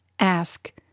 Ask